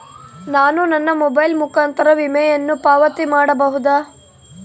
ನಾನು ನನ್ನ ಮೊಬೈಲ್ ಮುಖಾಂತರ ವಿಮೆಯನ್ನು ಪಾವತಿ ಮಾಡಬಹುದಾ?